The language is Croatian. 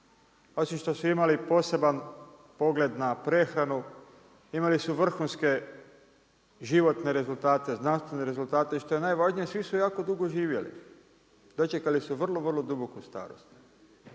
Osim što su imali poseban pogled na prehranu, imali su vrhunske životne rezultate, znanstvene rezultate i što je najvažnije svi su jako dugo živjeli. Dočekali su vrlo vrlo duboku starost.